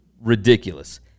ridiculous